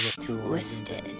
Twisted